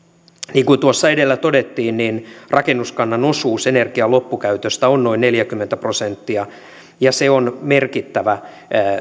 niin kuin tuossa edellä todettiin rakennuskannan osuus energian loppukäytöstä on noin neljäkymmentä prosenttia se on merkittävä